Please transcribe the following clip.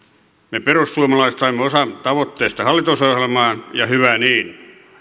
me perussuomalaiset saimme osan tavoitteista hallitusohjelmaan ja hyvä niin ohjelma